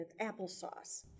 applesauce